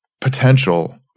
potential